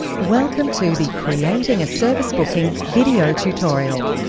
welcome to the creating a service booking video tutorial.